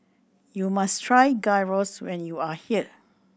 you must try Gyros when you are here